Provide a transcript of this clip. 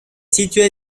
situé